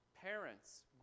parents